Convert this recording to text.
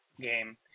game